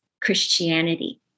Christianity